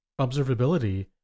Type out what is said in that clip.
observability